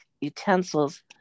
utensils